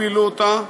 הפילו אותה,